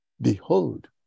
Behold